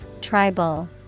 Tribal